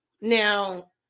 Now